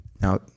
now